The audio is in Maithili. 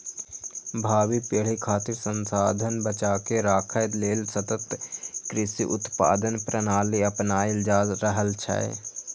भावी पीढ़ी खातिर संसाधन बचाके राखै लेल सतत कृषि उत्पादन प्रणाली अपनाएल जा रहल छै